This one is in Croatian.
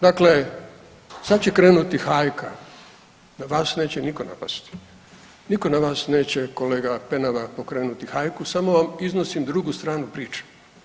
Dakle, sad će krenuti hajka, na vas neće nitko napasti, nitko na vas neće kolega Penava pokrenuti hajku samo vam iznosim drugu stranu priče.